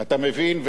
אתה מבין?